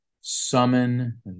summon